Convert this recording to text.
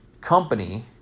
Company